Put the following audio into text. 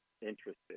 interested